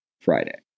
Friday